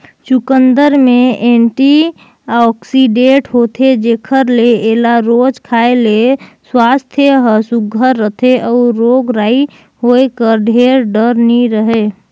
चुकंदर में एंटीआक्सीडेंट होथे जेकर ले एला रोज खाए ले सुवास्थ हर सुग्घर रहथे अउ रोग राई होए कर ढेर डर नी रहें